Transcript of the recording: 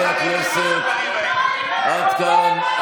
חברות וחברי הכנסת, עד כאן.